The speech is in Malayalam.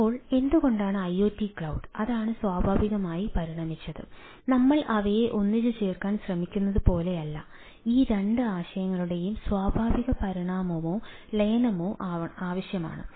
അപ്പോൾ എന്തുകൊണ്ടാണ് ഐഒടി ക്ലൌഡ് അതാണ് സ്വാഭാവികമായി പരിണമിച്ചത് നമ്മൾ അവയെ ഒന്നിച്ചുചേർക്കാൻ ശ്രമിക്കുന്നത് പോലെയല്ല ഈ രണ്ട് ആശയങ്ങളുടെയും സ്വാഭാവിക പരിണാമമോ ലയനമോ ആണ്